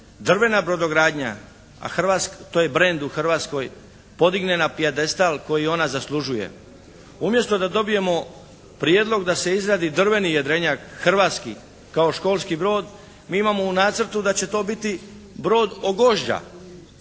drvena brodogradnja, to je brend u Hrvatskoj, podigne na pijedestal koji ona zaslužuje. Umjesto da dobijemo prijedlog da se izradi drveni jedrenjak hrvatski kao školski brod, mi imamo u nacrtu da će to biti brod